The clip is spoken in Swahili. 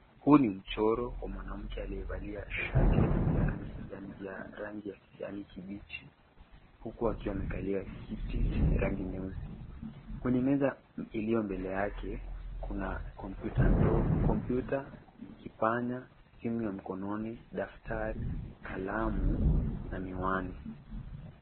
Huu ni mchoro wa mwanamke aliyevalia shati ya rangi ya kijani kibichi huku akiwa amekalia kiti chenye rangi nyeusi. Kwenye meza iliyo mbele yake kuna kompyuta, kipanya, simu ya mkononi, daftari, kalamu na miwani.